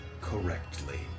correctly